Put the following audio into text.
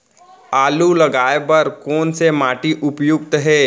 आलू लगाय बर कोन से माटी उपयुक्त हे?